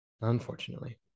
unfortunately